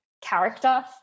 character